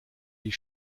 die